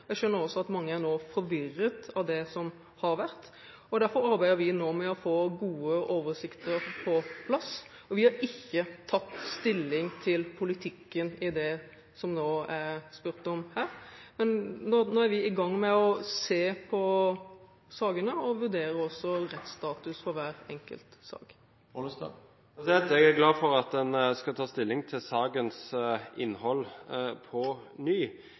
Jeg skjønner også at mange er forvirret av det som har vært, og derfor arbeider vi nå med å få gode oversikter på plass. Vi har ikke tatt stilling til politikken i det som nå er spurt om her, men vi er i gang med å se på sakene og vurderer også rettsstatus for hver enkelt sak. Jeg er glad for at en skal ta stilling til sakens innhold på ny.